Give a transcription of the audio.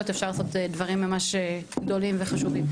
אפשר לעשות דברים ממש גדולים וחשובים.